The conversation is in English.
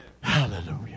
Hallelujah